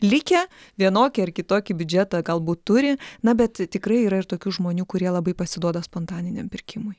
likę vienokį ar kitokį biudžetą galbūt turi na bet tikrai yra ir tokių žmonių kurie labai pasiduoda spontaniniam pirkimui